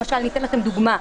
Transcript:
לדוגמה,